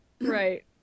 Right